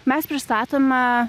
mes pristatome